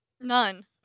None